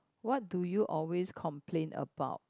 what do you always complain about